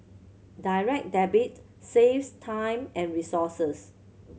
Direct Debit saves time and resources